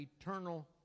eternal